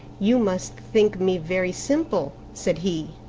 you must think me very simple, said he,